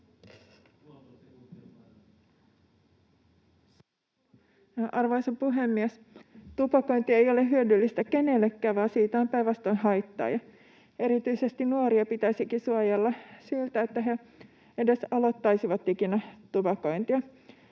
Arvoisa puhemies! Tupakointi ei ole hyödyllistä kenellekään, vaan siitä on päinvastoin haittaa. Erityisesti nuoria pitäisikin suojella siltä, että he edes aloittaisivat ikinä tupakointia.